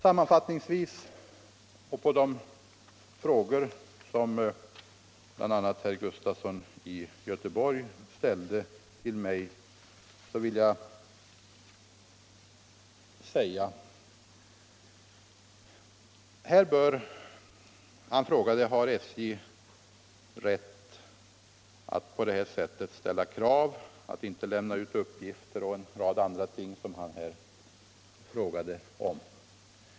Sammanfattningsvis och som svar på de frågor som bl.a. herr Sven Gustafson i Göteborg ställde till mig vill jag säga följande. Herr Gustafson frågade om SJ har rätt att på det här sättet ställa krav och att inte lämna ut uppgifter. Han ställde också en rad andra frågor.